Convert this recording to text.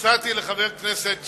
הצעתי לחבר הכנסת שטרית,